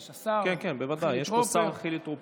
יש, השר חילי טרופר.